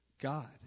God